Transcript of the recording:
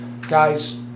Guys